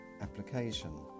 application